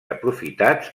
aprofitats